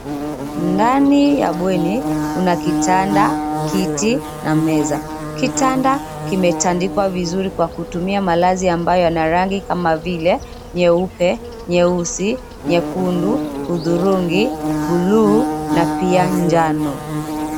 Ndani ya bweni kuna kitanda, kiti na meza. Kitanda kimetandikwa vizuri kwa kutumia malazi ambayo yana rangi kama vile nyeupe, nyeusi, nyekundu, hudhurugi, buluu na pia njano.